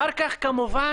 אחר-כך כמובן,